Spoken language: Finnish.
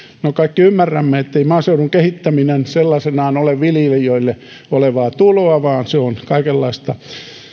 no kaikki ymmärrämme ettei maaseudun kehittäminen sellaisenaan ole viljelijöille olevaa tuloa vaan se on kaikenlaista